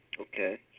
Okay